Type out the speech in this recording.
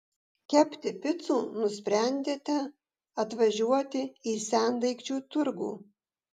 kepti picų nusprendėte atvažiuoti į sendaikčių turgų